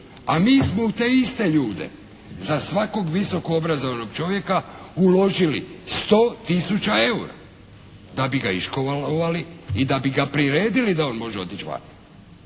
a mi smo te iste ljude za svakog visoko obrazovanog čovjeka uložili 100 tisuća EUR-a da bi ga iškolovali i da bi ga priredili da on može otići vani.